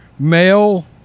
Male